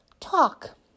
talk